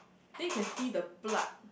then you can see the blood